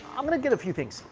i'm gonna get a few things.